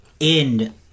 end